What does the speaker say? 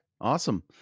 Awesome